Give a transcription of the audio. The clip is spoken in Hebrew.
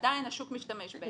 עדיין השוק משתמש בהם.